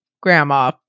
grandma